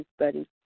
studies